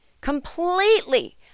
completely